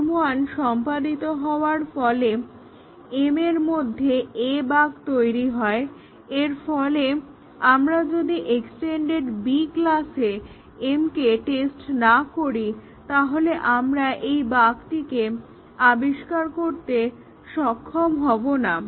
অর্থাৎ m1 সম্পাদিত হওয়ার কারণে m এর মধ্যে A বাগ্ তৈরি হয় এবং এরফলে আমরা যদি এক্সটেন্ডেড B ক্লাসে m টেস্ট না করি তাহলে আমরা এই বাগটিকে আবিষ্কার করতে সক্ষম হবো না